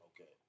Okay